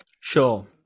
sure